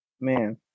man